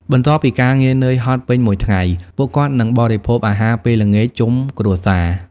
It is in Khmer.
បន្ទាប់ពីការងារនឿយហត់ពេញមួយថ្ងៃ ពួកគាត់នឹងបរិភោគអាហារពេលល្ងាចជុំគ្រួសារ។